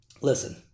listen